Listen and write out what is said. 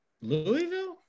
Louisville